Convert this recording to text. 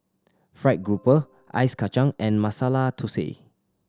fried grouper Ice Kachang and Masala Thosai